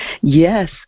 Yes